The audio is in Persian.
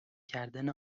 کردن